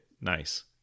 nice